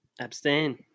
Abstain